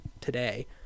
today